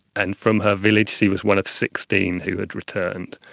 and from her village she was one of sixteen who had returned.